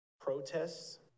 protests